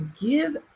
give